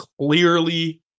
clearly